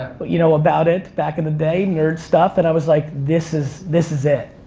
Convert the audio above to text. but you know about it, back in the day, nerd stuff. and i was like this is, this is it.